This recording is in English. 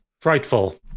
Frightful